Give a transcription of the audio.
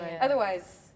Otherwise